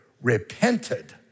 repented